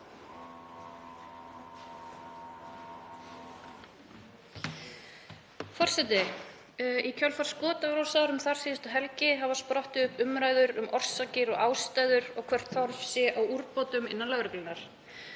Forseti. Í kjölfar skotárásar um þarsíðustu helgi hafa sprottið upp umræður um orsakir og ástæður og hvort þörf sé á úrbótum innan lögreglunnar.